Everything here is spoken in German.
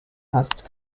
hast